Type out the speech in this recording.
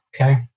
Okay